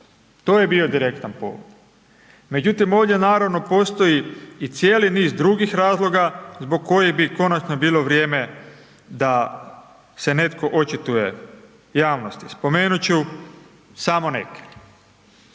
to je bio direktan povod. Međutim, ovdje naravno postoji i cijeli niz drugih razloga, zbog kojih bi konačno bilo vrijeme, da se netko očituje javnosti. Spomenuti ću samo neke,